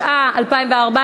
התשע"ה 2014,